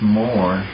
more